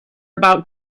about